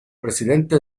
presidente